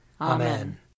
Amen